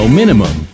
minimum